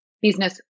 business